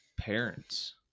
parents